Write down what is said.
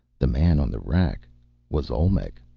the man on the rack was olmec,